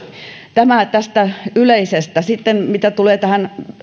tämä tästä yleisestä sitten mitä tulee tähän